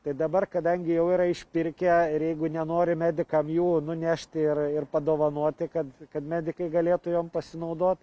tai dabar kadangi jau yra išpirkę ir jeigu nenori medikam jų nunešti ir padovanoti kad kad medikai galėtų jom pasinaudot